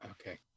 Okay